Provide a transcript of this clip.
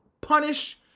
punish